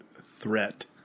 threat